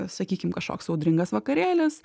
sakykim kažkoks audringas vakarėlis